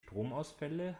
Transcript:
stromausfälle